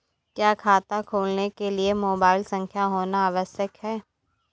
क्या खाता खोलने के लिए मोबाइल संख्या होना आवश्यक है?